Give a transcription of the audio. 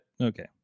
okay